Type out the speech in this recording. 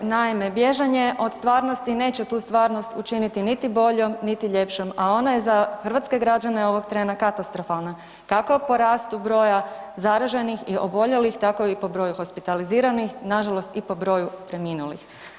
Naime, bježanje od stvarnosti neće tu stvarnost učiniti niti boljom, niti ljepšom, a ona je za hrvatske građane ovog trena katastrofalna kako po rastu broja zaraženih i oboljelih tako i po broju hospitaliziranih, nažalost i po broju preminulih.